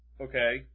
Okay